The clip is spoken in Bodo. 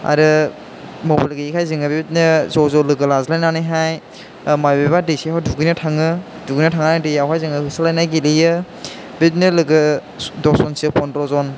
आरो मबाइल गैयैखाय जोङो बेबायदिनो ज' ज' लोगो लाज्लायनानै हाय माबेबा दैसायाव दुगैनो थाङो दुगैनो थांनानै दैयावहाय जोङो होसोलायनाय गेलेयो बिदिनो लोगो दस जनसो फनद्रजन